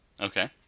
okay